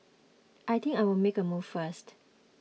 I think I'll make a move first